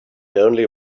only